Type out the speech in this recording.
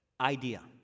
Idea